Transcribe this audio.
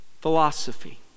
philosophy